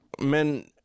men